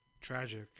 tragic